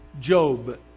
Job